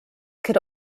could